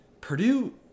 Purdue